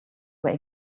were